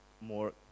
more